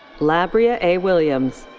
labria a. williams.